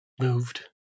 moved